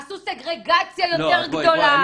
עשו סגרגציה יותר גדולה.